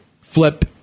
flip